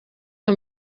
iyo